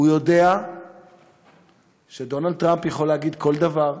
הוא יודע שדונלד טראמפ יכול להגיד כל דבר,